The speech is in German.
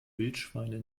wildschweine